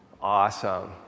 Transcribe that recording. Awesome